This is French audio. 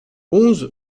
onze